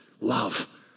love